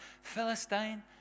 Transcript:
Philistine